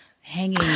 Hanging